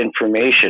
information